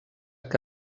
que